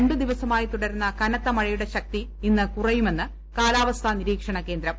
രണ്ടു ദിവസമായി തുടരുന്ന കനത്ത മഴയുടെ ശക്തി ഇന്ന് കുറയുമെന്ന് കാലാവസ്ഥാ നിരീക്ഷണ കേന്ദ്രം